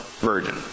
virgin